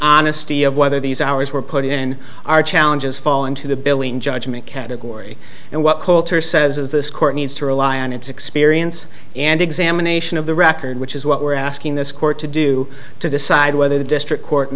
honesty of whether these hours were put in our challenges fall into the billing judgement category and what coulter says is this court needs to rely on its experience and examination of the record which is what we're asking this court to do to decide whether the district court